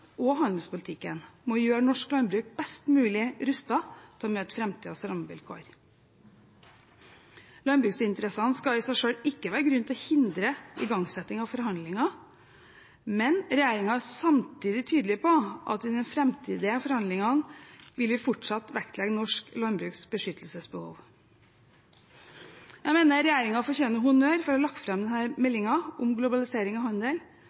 og handelspolitikken må gjøre norsk landbruk best mulig rustet til å møte framtidens rammevilkår. Landbruksinteressene skal i seg selv ikke være grunn til å hindre igangsetting av forhandlinger. Men regjeringen er samtidig tydelig på at den i framtidige forhandlinger fortsatt vil vektlegge norsk landbruks beskyttelsesbehov. Jeg mener regjeringen fortjener honnør for å ha lagt fram denne meldingen om globalisering og handel,